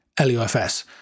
LUFS